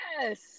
Yes